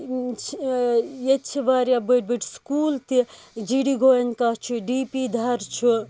چھِ ییٚتہِ چھِ وارِیاہ بٔڈۍ بٔڈۍ سکوٗل تہِ جی ڈی گویِنکا چھُ ڈی پی دَھَر چھُ